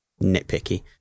nitpicky